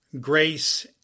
Grace